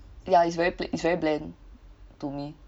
ya it's very bl~ it's very bland to me